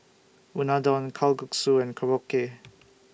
Unadon Kalguksu and Korokke